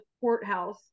courthouse